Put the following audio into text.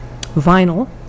Vinyl